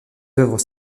œuvres